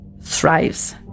thrives